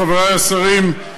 חברי השרים,